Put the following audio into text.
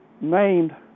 named